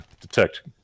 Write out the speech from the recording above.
detect